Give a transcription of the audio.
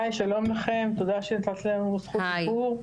היי, שלום לכם, תודה שנתת לנו זכות דיבור.